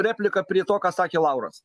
replika prie to ką sakė lauras